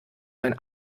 mein